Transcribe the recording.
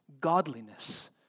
godliness